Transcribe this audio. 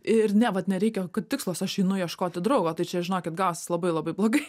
ir ne vat nereikia kad tikslas aš einu ieškoti draugo tai čia žinokit gausis labai labai blogai